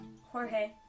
Jorge